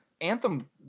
anthem